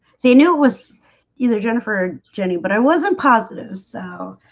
seenu it was either jennifer jenny, but i wasn't positive so